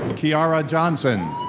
kiara johnson.